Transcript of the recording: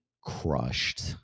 crushed